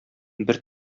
бер